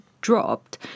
dropped